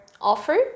offer